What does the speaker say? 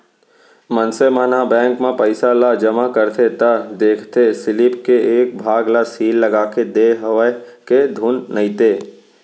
मनसे मन ह बेंक म पइसा ल जमा करथे त देखथे सीलिप के एक भाग ल सील लगाके देय हवय के धुन नइते